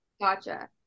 gotcha